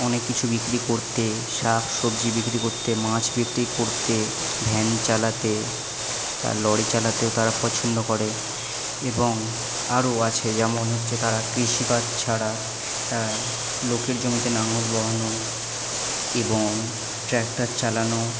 অনেক কিছু বিক্রি করতে শাক সবজি বিক্রি করতে মাছ বিক্রি করতে ভ্যান চালাতে লরি চালাতেও তারা পছন্দ করে এবং আরও আছে যেমন হচ্ছে তারা কৃষিকাজ ছাড়া তারা লোকের জমিতে লাঙল বওয়ানো এবং ট্র্যাকটার চালানো